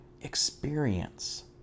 experience